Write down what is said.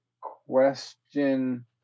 Question